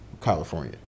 California